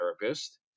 therapist